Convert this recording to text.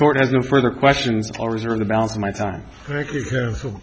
court has no further questions or reserve the balance of my time